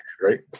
right